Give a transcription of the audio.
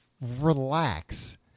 relax